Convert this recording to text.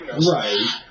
Right